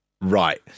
right